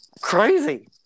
crazy